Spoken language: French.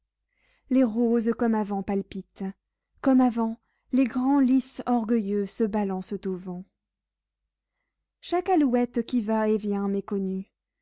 les roses comme avant palpitent comme avant les grands lys orgueilleux se balancent au vent chaque alouette qui va et vient